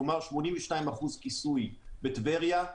כלומר 82% כיסוי בטבריה.